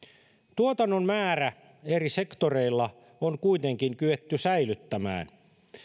tuotannon määrä eri sektoreilla on kuitenkin kyetty säilyttämään